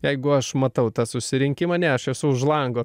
jeigu aš matau tą susirinkimą ne aš esu už lango